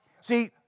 See